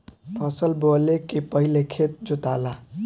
फसल बोवले के पहिले खेत जोताला